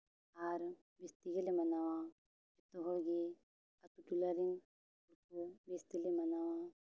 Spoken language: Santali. ᱟᱨ ᱵᱮᱥ ᱛᱮᱜᱮ ᱞᱮ ᱢᱟᱱᱟᱣᱟ ᱡᱚᱛᱚ ᱦᱚᱲ ᱜᱮ ᱟᱛᱳᱼᱴᱚᱞᱟ ᱨᱮᱱ ᱵᱮᱥ ᱛᱮᱞᱮ ᱢᱟᱱᱟᱣᱟ